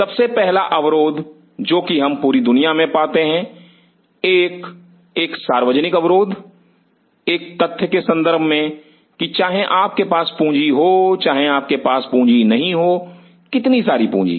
सबसे पहला अवरोध जो कि हम पूरी दुनिया में पाते हैं एक एक सार्वजनिक अवरोध एक तथ्य के संदर्भ में कि चाहे आपके पास पूंजी हो चाहे आपके पास पूंजी नहीं हो कितनी सारी पूंजी